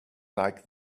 like